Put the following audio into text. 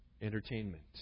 entertainment